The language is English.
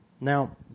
Now